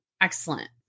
excellent